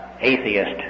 atheist